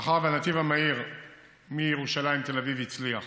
מאחר שהנתיב המהיר ירושלים תל אביב הצליח,